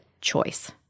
choice